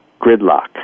Gridlock